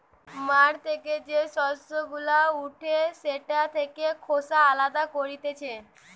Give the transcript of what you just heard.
মাঠ থেকে যে শস্য গুলা উঠে সেটা থেকে খোসা আলদা করতিছে